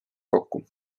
kokku